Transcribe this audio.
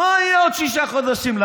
מה יהיה עוד שישה חודשים?